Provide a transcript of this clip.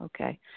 okay